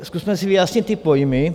Zkusme si vyjasnit ty pojmy.